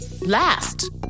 last